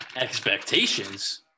expectations